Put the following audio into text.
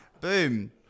Boom